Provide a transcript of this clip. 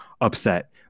upset